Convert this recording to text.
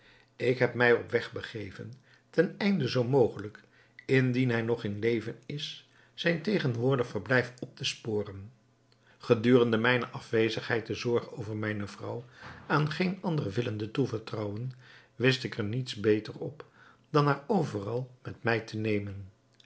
ik heb mij op weg begeven ten einde zoo mogelijk indien hij nog in leven is zijn tegenwoordig verblijf op te sporen gedurende mijne afwezigheid de zorg over mijne vrouw aan geen ander willende toevertrouwen wist ik er niets beters op dan haar overal met mij te nemen